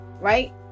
right